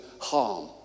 harm